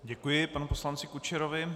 Děkuji panu poslanci Kučerovi.